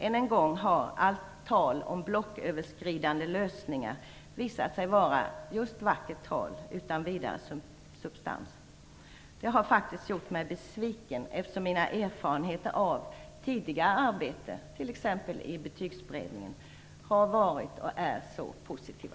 Än en gång har allt tal om blocköverskridande lösningar visat sig vara just vackert tal utan vidare substans. Det har faktiskt gjort mig besviken, eftersom mina erfarenheter av tidigare arbete t.ex. i Betygsberedningen har varit och är så positiva.